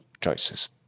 choices